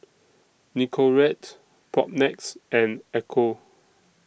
Nicorette Propnex and Ecco